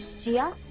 jia,